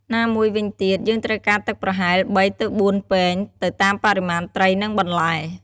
ណាមួយវិញទៀត យើងត្រូវការទឹកប្រហែល ៣-៤ ពែង ទៅតាមបរិមាណត្រី និងបន្លែ។